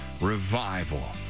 revival